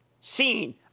seen